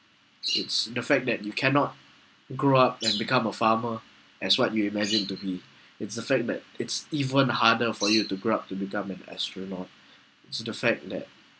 it's the fact that you cannot grow up and become a farmer as what you imagine to be it's the fact that it's even harder for you to grow up to become an astronaut so the fact that